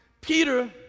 Peter